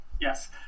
Yes